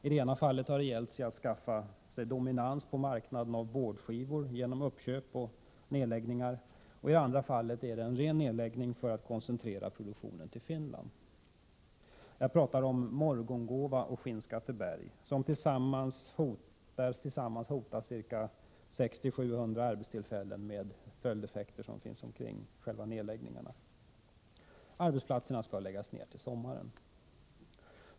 I ena fallet har det gällt att skaffa sig dominans på marknaden av boardskivor genom uppköp och nedläggningar. I andra fallet är det en ren nedläggning för att koncentrera produktionen till Finland. Jag pratar om Morgongåva och Skinnskatteberg, där tillsammans 600 å 700 arbetstillfällen hotas, med de följdeffekter som tillkommer omkring själva nedläggningarna. Arbetsplatserna skall läggas ned till sommaren.